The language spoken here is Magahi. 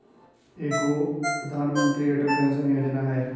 एगो प्रधानमंत्री अटल पेंसन योजना है?